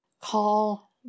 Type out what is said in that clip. Call